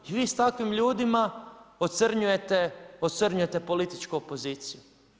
I vi s takvim ljudima, ocrnjujete političku opoziciju.